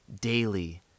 daily